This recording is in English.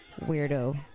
weirdo